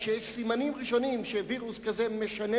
וכשיש סימנים ראשונים שווירוס כזה משנה